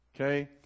Okay